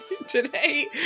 Today